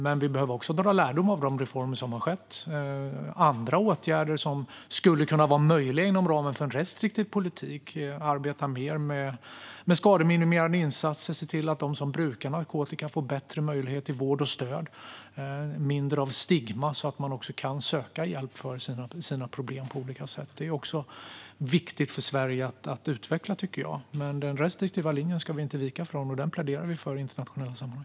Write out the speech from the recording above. Men vi behöver också dra lärdom av de reformer som har skett och andra åtgärder som skulle kunna vara möjliga inom ramen för en restriktiv politik och arbeta mer med skademinimerande insatser och se till att de som brukar narkotika får bättre möjligheter till vård och stöd så att det blir mindre av stigma så att människor också kan söka hjälp för sina problem på olika sätt. Detta tycker jag också är viktigt för Sverige att utveckla. Men den restriktiva linjen ska vi inte vika från, och den pläderar vi för i internationella sammanhang.